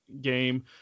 game